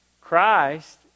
Christ